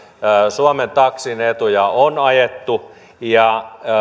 suomen taksin etuja on ajettu ja